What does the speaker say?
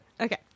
Okay